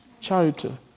Charity